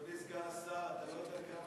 בבקשה, אדוני.